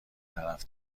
طرف